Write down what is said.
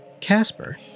Casper